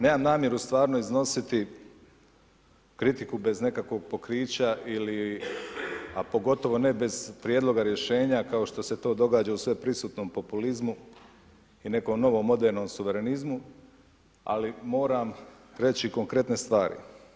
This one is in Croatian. Nemam namjeru stvarno iznositi kritiku bez nekakvih pokrića pogotovo ne bez prijedloga rješenja kao što se to događa u sveprisutnom populizmu i nekom novom modernom suverenizmu ali moram reći konkretne stvari.